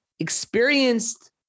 Experienced